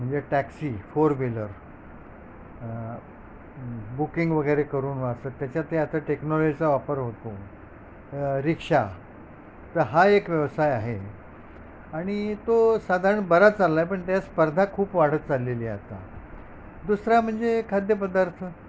म्हणजे taxi four wheeler booking वगैरे करून वाचतात त्याच्यात आता टेक्नॉलॉजीचा वापर होतो रिक्षा तर हा एक व्यवसाय आहे आणि तो साधारण बरा चालला आहे पण त्याच्यात स्पर्धा खूप वाढत चाललेली आहे आता दुसरा म्हणजे खाद्यपदार्थ